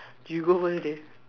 you go first leh